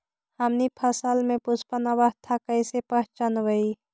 हमनी फसल में पुष्पन अवस्था कईसे पहचनबई?